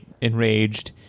enraged